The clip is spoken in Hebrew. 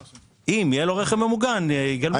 אם יהיה לו רכב ממוגן יגלמו את הכסף.